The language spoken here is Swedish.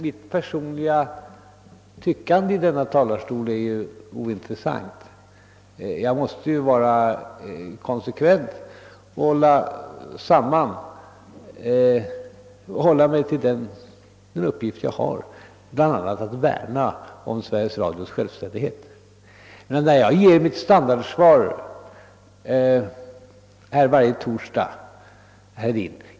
Mitt personliga tyckande i denna 'talarstol är ointressant. Jag måste ju vara konsekvent och hålla mig till min uppgift, som bl.a. innebär att värna om Sveriges Radios självständighet. Jag ger mitt standardsvar här så gott som varje torsdag.